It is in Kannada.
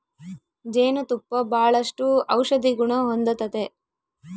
ಜೇನು ತುಪ್ಪ ಬಾಳಷ್ಟು ಔಷದಿಗುಣ ಹೊಂದತತೆ